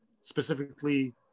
specifically